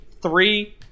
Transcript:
three